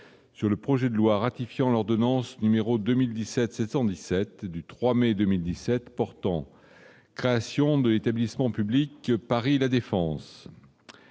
Sur le projet de loi ratifiant l'ordonnance numéro 2017 717 du 3 mai 2017 portant création de l'établissement public Paris La Défense